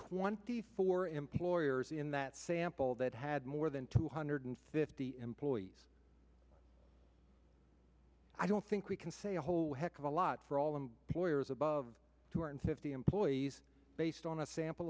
twenty four employers in that sample that had more than two hundred fifty employees i don't think we can say a whole heck of a lot for all them lawyers above two hundred fifty employees based on a sample